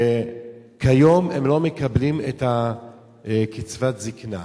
וכיום הם לא מקבלים את קצבת הזיקנה.